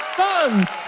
sons